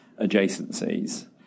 adjacencies